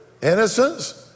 Innocence